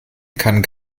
kann